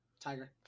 Tiger